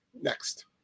Next